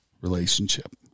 relationship